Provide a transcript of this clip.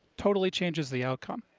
totally changes the outcome.